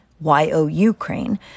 Y-O-Ukraine